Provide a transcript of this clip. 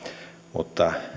mutta